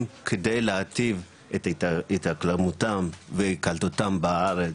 כדי להטיב את התאקלמותם והיקלטותם בארץ